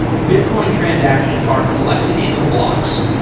bitcoin transactions are collected into blocks.